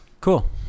cool